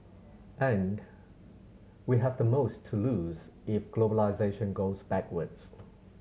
and we have the most to lose if globalisation goes backwards